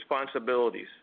responsibilities